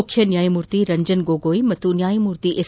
ಮುಖ್ಯ ನ್ನಾಯಮೂರ್ತಿ ರಂಜನ್ ಗೊಗಾಯ್ ಮತ್ತು ನ್ನಾಯಮೂರ್ತಿ ಎಸ್